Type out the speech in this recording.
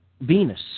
Venus